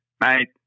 mate